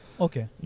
Okay